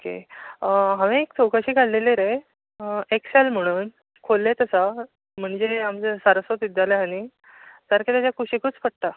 okay हांवें एक चवकशी काडलली रे एकसेल म्हणोन खोर्ल्लेच आसा म्हणजे आमचें सारस्वत विद्यालय आसा न्ही सारकें ताच्या कुशिकूच पडटा